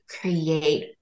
create